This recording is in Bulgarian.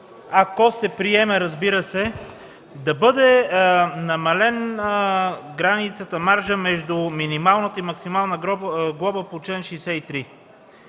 ако се приеме, разбира се: да бъде намален маржът между минималната и максималната глоба по чл. 63.